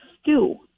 Stew